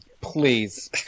please